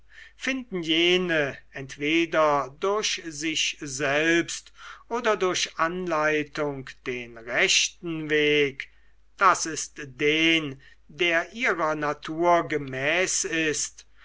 finden jene entweder durch sich selbst oder durch anleitung den rechten weg das ist den der ihrer natur gemäß ist